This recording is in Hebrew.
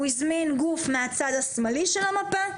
הוא הזמין גוף מהצד השמאלי של המפה,